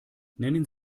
nennen